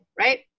right